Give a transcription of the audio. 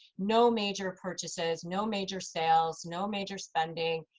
no major purchases, no major sales, no major spending,